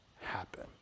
happen